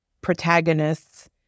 protagonists